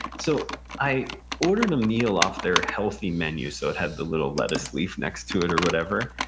so i ordered a meal off their healthy menu, so it had the little lettuce leaf next to it, or whatever,